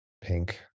Pink